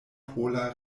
pola